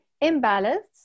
imbalance